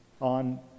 on